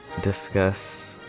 discuss